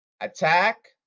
ATTACK